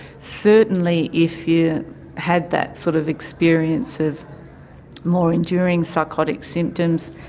certainly if you had that sort of experience of more enduring psychotic symptoms,